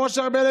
עם משה ארבל,